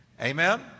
Amen